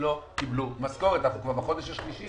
שלא קיבלו משכורת, אנחנו כבר בחודש השלישי.